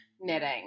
knitting